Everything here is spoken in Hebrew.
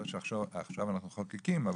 לא שעכשיו אנחנו חוקקים,